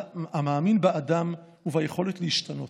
המאמין באדם וביכולת להשתנות.